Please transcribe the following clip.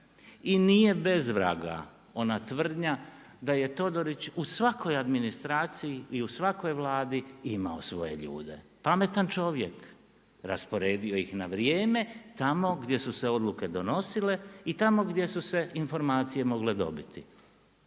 I nije bez vraga ona tvrdnja da je Todorić u svakoj administraciji i u svakoj Vladi imao svoje ljude. Pametan čovjek, rasporedio ih na vrijeme tamo gdje su se odluke donosile i tamo gdje su se informacije mogle dobiti.